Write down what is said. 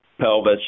pelvis